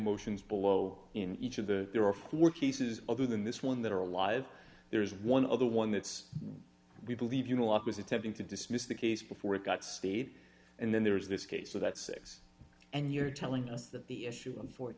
motions below in each of the there are four cases other than this one that are alive there is one other one that's we believe you know a lot was attempting to dismiss the case before it got state and then there is this case so that six and you're telling us that the issue of fort